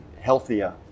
healthier